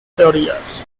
teorías